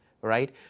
Right